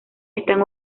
están